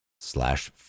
slash